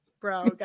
bro